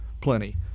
plenty